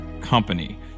company